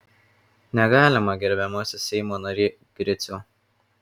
negalima gerbiamasis seimo nary griciau